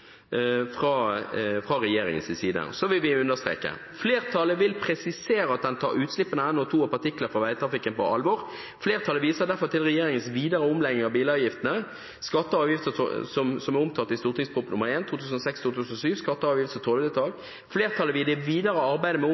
fra regjeringens side. Så vil vi understreke: «Flertallet vil presisere at den tar utslippene av NOx og partikler fra vegtrafikken på alvor. Flertallet viser derfor til Regjeringens videre omlegging av bilavgiftene, omtalt i St. prp. nr. 1 Skatte-, avgifts- og tollvedtak. Flertallet vil i det videre arbeidet med omlegging av bilavgiftene til fordel for både klima og lokalmiljø invitere engasjerte organisasjoner til videre dialog om